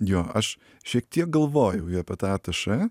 jo aš šiek tiek galvojau jau apie tą atašė